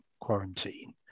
quarantine